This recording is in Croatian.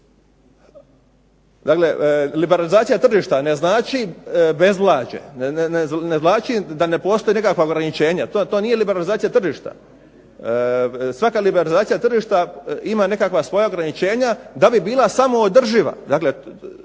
Dakle liberalizacija tržišta ne znači bezvlađe, ne znači da ne postoje nekakva ograničenja. To nije liberalizacija tržišta. Svaka liberalizacija tržišta ima nekakva svoja ograničenja, da bi bila samo održiva.